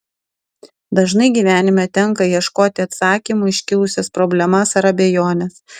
dažnai gyvenime tenka ieškoti atsakymų į iškilusias problemas ar abejones